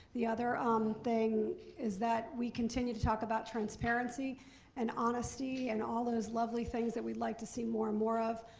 the other um thing is that we continue to talk about transparency and honesty, and all those lovely things that we'd like to see more and more of,